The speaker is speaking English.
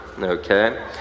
Okay